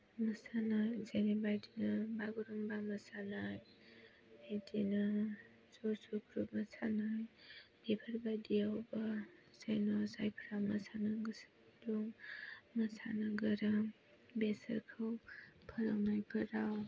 मोसानाय जेनेबा बिदिनो बागुरुम्बा मोसानाय बिदिनो ज' ज' ग्रुप मोसानाय बेफोर बायदियावबो जेन' जायफ्रा मोसानो गोसो गुदुं मोसानो गोरों बेसोरखौ फोरोंनायफोराव